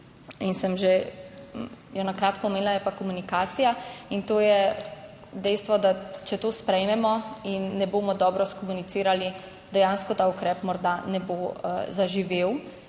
in sem jo že kratko omenila, je pa komunikacija. In to je dejstvo, če to sprejmemo in ne bomo dobro skomunicirali, dejansko ta ukrep morda ne bo zaživel.